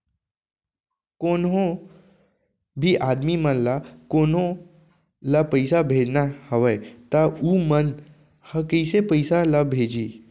कोन्हों भी आदमी मन ला कोनो ला पइसा भेजना हवय त उ मन ह कइसे पइसा ला भेजही?